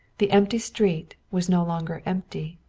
the empty street was no longer empty.